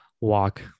walk